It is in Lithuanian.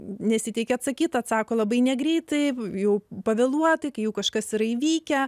nesiteikė atsakyti atsako labai negreitai jau pavėluotai kai kažkas yra įvykę